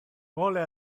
vole